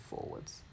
forwards